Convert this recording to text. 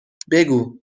بگو